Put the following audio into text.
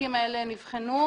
התיקים האלה נבחנו,